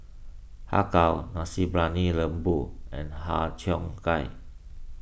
Har Kow Nasi Briyani Lembu and Har Cheong Gai